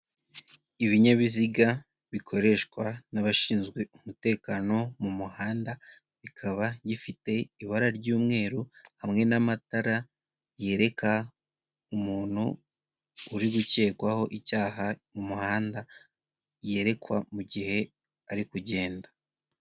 Ibinyabiziga bikoreshwa n'abashinzwe umutekano mu muhanda, kikaba gifite ibara ry'umweru hamwe n'amatara yereka umuntu uri gukekwaho icyaha mu muhanda yerekwa mu gihe ari kugenda.